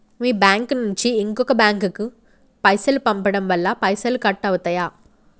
మీ bank నుంచి ఇంకో bank కు పైసలు పంపడం వల్ల పైసలు కట్ అవుతయా?